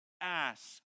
ask